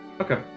Okay